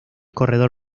corredor